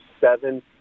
seven